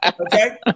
Okay